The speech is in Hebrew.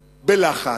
בלחץ,